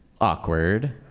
awkward